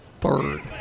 third